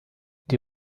die